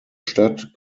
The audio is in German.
stadt